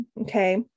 okay